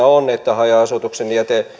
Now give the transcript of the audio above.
on että haja asutuksen